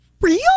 Real